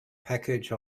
package